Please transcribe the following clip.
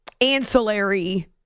ancillary